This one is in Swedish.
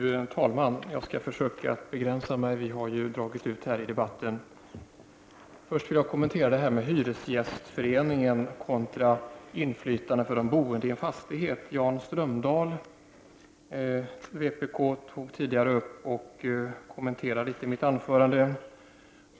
Fru talman! Jag skall försöka begränsa mitt anförande, eftersom debatten har dragit ut på tiden. Först vill jag kommentera inflytandet för Hyresgästföreningen kontra de boende i en fastighet. Jan Strömdahl, vpk, kommenterade tidigare mitt anförande.